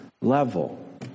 level